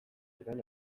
ziren